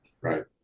Right